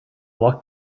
luck